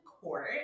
court